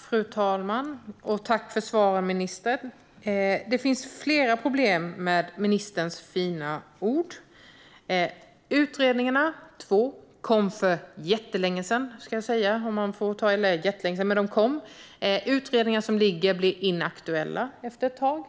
Fru talman! Tack för svaret, ministern! Det finns flera problem med ministerns fina ord. Utredningarna - det var två - kom för jättelänge sedan. Eller det var kanske inte jättelänge sedan, men de kom och blev liggande. Utredningar som ligger blir inaktuella efter ett tag.